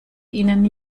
ihnen